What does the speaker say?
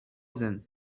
then